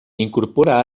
incorpora